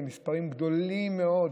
אלה מספרים גדולים מאוד,